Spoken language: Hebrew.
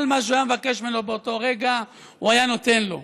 כל מה שהוא היה מבקש ממנו באותו הרגע הוא היה נותן לו.